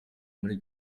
muri